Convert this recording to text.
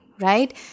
right